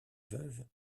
veuve